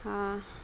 ہاں